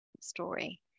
story